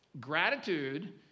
Gratitude